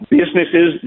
businesses